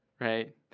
right